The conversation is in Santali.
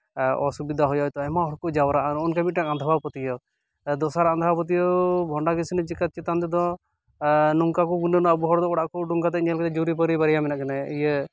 ᱟᱨ ᱚᱥᱩᱵᱤᱫᱷᱟ ᱦᱩᱭᱩᱜᱼᱟ ᱦᱚᱭᱛᱳ ᱟᱭᱢᱟ ᱦᱚᱲ ᱠᱚ ᱡᱟᱣᱨᱟᱜᱼᱟ ᱱᱚᱜᱼᱚᱝᱠᱟ ᱢᱤᱫᱴᱮᱱ ᱟᱸᱫᱷᱟ ᱯᱟᱹᱛᱭᱟᱹᱣ ᱫᱚᱥᱟᱨ ᱟᱸᱫᱷᱟ ᱯᱟᱹᱛᱭᱟᱹᱣ ᱵᱷᱚᱱᱰᱟ ᱠᱤᱥᱱᱤ ᱪᱮᱛᱟᱱ ᱛᱮᱫᱚ ᱱᱚᱝᱠᱟ ᱠᱚ ᱜᱩᱱᱟᱹᱱᱚᱜᱼᱟ ᱟᱵᱚ ᱦᱚᱲ ᱫᱚ ᱚᱲᱟᱜ ᱠᱷᱚᱡ ᱩᱰᱩᱠ ᱠᱟᱛᱮᱜ ᱧᱮᱞ ᱠᱤᱱᱟᱭ ᱡᱩᱨᱤᱼᱯᱟᱨᱤ ᱵᱟᱨᱭᱟ ᱢᱮᱱᱟᱜ ᱠᱤᱱᱟ ᱤᱭᱟᱹ